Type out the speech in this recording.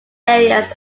areas